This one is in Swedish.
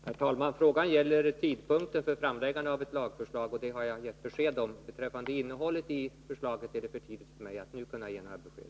Herr talman! Frågan gäller tidpunkten för framläggande av ett lagförslag, och på den punkten har jag gett besked. Beträffande innehållet i lagförslaget är det för tidigt för mig att nu ge några besked.